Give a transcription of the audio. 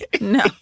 No